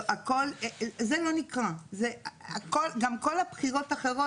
גם כל הבחירות האחרות,